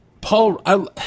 Paul